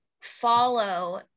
follow